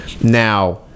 Now